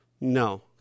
No